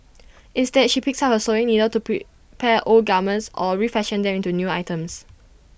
instead she picks up sewing needle to prepare old garments or refashion them into new items